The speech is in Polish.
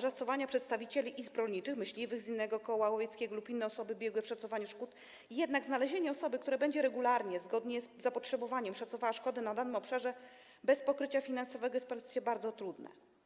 szacowania przedstawicieli izb rolniczych, myśliwych z innego koła łowieckiego lub inne osoby biegłe w szacowaniu szkód, jednak znalezienie osoby, która będzie regularnie, zgodnie z zapotrzebowaniem szacowała szkody na danym obszarze, bez pokrycia finansowego jest w praktyce bardzo trudne.